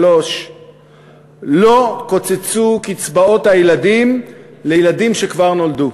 לא קוצצו קצבאות הילדים לילדים שכבר נולדו.